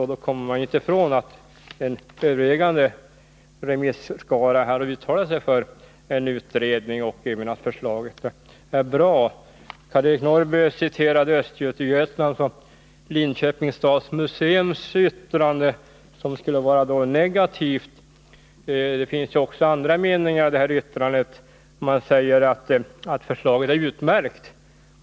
Och då kommer man inte ifrån att en övervägande del av remissinstanserna har uttalat sig för en utredning och har ansett att förslaget är bra. Karl-Eric Norrby citerade ur Östergötlands och Linköpings stads museums yttrande, som om man där skulle vara negativ. Det finns andra meningar i detta yttrande där man säger att förslaget är utmärkt.